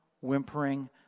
whimpering